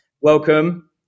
Welcome